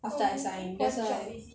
after I sign that's why